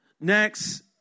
Next